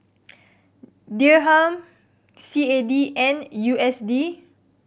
Dirham C A D and U S D